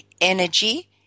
energy